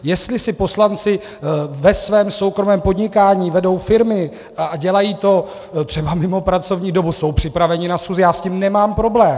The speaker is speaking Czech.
Jestli si poslanci ve svém soukromém podnikání vedou firmy a dělají to třeba mimo pracovní dobu, jsou připraveni na schůzi, já s tím nemám problém.